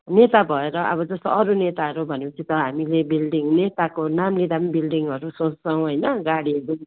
नेता भएर अब जस्तो अरू नेताहरू भने पछि त हामीले बिल्डिङ नेताको नाम लिँदा पनि बिल्डिङहरू सोच्छौ होइन गाडीहरू